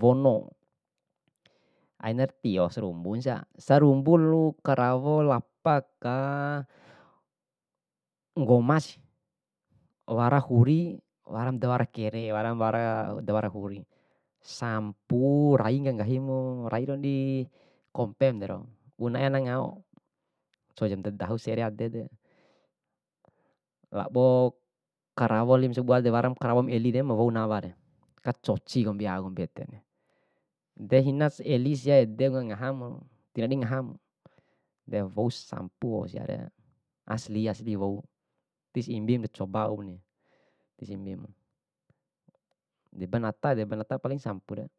wono. Aina tio sarumbu sia, sarumbo ru karawo lapa ka, nggoma sih, wara huri waram dawara kere, waram wara dawara huri. Sampu rai ka nggahimu, rai lalu di kompemdero bune na'e anak ngao, coum dadahu siare edede. Labo karawo wali masabua, wara karawo ma elire ma wou naware, kacoci kombi au kombi edere. De hinasi eli sia ede ngahamu tindadi ngahamu, de wou sampu wau siare, asli asli wou, tis imbi coba wauni, tisi imbimu. De benata, benata paling sampure.